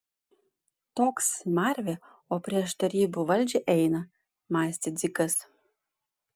toks smarvė o prieš tarybų valdžią eina mąstė dzikas